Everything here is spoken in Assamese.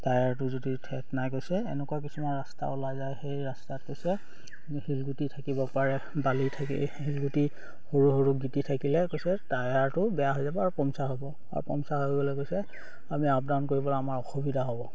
টায়াৰটো যদি থ্ৰেড নাই কৈছে এনেকুৱা কিছুমান ৰাস্তা ওলাই যায় সেই ৰাস্তাত কৈছে শিলগুটি থাকিব পাৰে বালি থাকি শিলগুটি সৰু সৰু গিটি থাকিলে কৈছে টায়াৰটো বেয়া হৈ যাব আৰু পমচাৰ হ'ব আৰু পমচাৰ হৈ গলে কৈছে আমি আপ ডাউন কৰিবলে আমাৰ অসুবিধা হ'ব